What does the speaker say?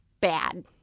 bad